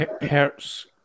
Hertz